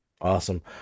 Awesome